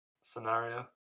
scenario